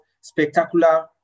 spectacular